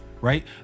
right